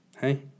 hey